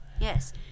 Yes